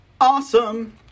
awesome